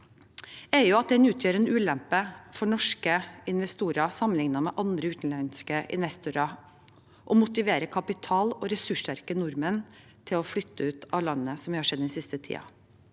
er at den utgjør en ulempe for norske investorer sammenlignet med andre utenlandske investorer og motiverer kapitalog ressurssterke nordmenn til å flytte ut av landet, noe vi har sett den siste tiden.